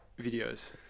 videos